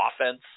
offense